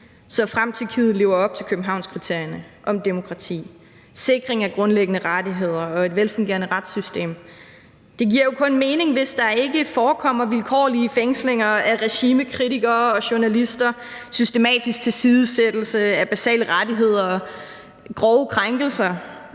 såfremt Tyrkiet lever op til Københavnskriterierne om demokrati, sikring af grundlæggende rettigheder og et velfungerende retssystem, og det giver jo kun mening, hvis der ikke forekommer vilkårlige fængslinger af regimekritikere og journalister, systematisk tilsidesættelse af basale rettigheder og grove krænkelser